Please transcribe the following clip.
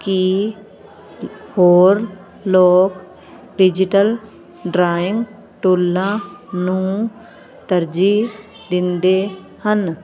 ਕਿ ਹੋਰ ਲੋਕ ਡਿਜੀਟਲ ਡਰਾਇੰਗ ਟੂਲਾਂ ਨੂੰ ਤਰਜੀਹ ਦਿੰਦੇ ਹਨ